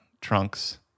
trunks